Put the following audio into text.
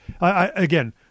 Again